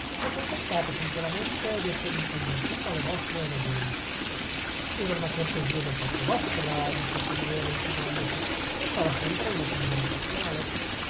vi ho confessato sinceramente d'essermi convertito alle vostre ragioni era una cortesia da parte vostra disse il priore inchinandosi ma restava sempre una opinione personale